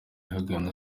ahagana